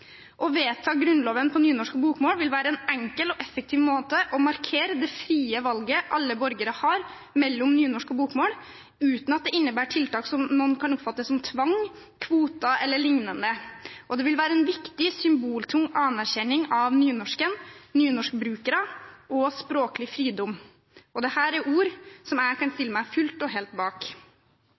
«Å vedta Grunnloven på nynorsk og bokmål vil vere ein enkel og effektiv måte å markere det frie valet alle borgarar har mellom nynorsk og bokmål, utan at det inneber tiltak som nokon kan oppfatte som tvang, kvotar eller liknande. Det vil vere ei viktig, symboltung anerkjenning av nynorsken, nynorskbrukarar og språkleg fridom.» Dette er ord jeg kan stille meg fullt og helt bak.